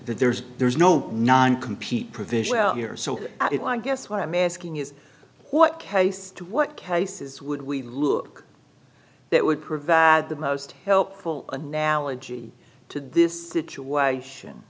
there's there's no non compete provision here so at it i guess what i'm asking is what case to what cases would we look that would provide the most helpful analogy to this situation